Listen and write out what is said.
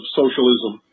socialism